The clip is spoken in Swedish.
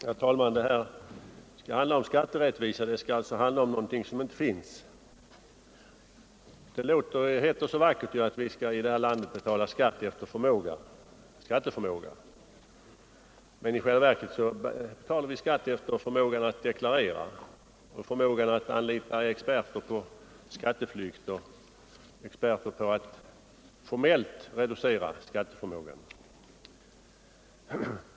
Herr talman! Det skall här handla om skatterättvisa — dvs. om någonting som inte finns. Det heter så vackert att vi skall i detta land betala skatt efter skatteförmåga, men i själva verket betalar vi efter förmågan att deklarera och förmågan att anlita experter på skatteflykt och experter på att formellt reducera skatteförmågan.